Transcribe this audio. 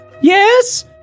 Yes